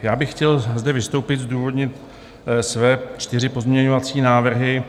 Já bych chtěl zde vystoupit, zdůvodnit své čtyři pozměňovací návrhy.